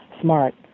smart